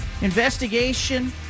Investigation